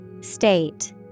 State